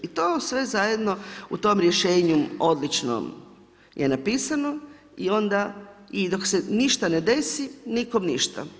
I to sve zajedno u tom rješenju odlično je napisano i onda, i dok se ništa ne desi, nikom ništa.